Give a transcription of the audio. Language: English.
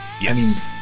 Yes